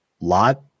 Lot